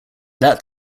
that